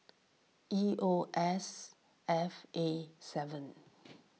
E O S F A seven